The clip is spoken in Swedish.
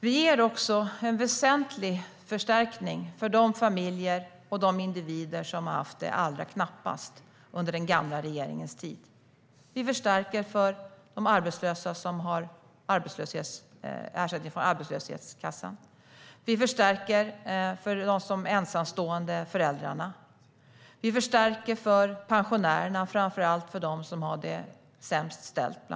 Vi ger också en väsentlig förstärkning till de familjer och de individer som hade det allra knappast under den gamla regeringens tid. Vi förstärker för de arbetslösa med ersättning från arbetslöshetskassan. Vi förstärker för de ensamstående föräldrarna. Vi förstärker för pensionärerna, framför allt för dem som har det sämst ställt.